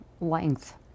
length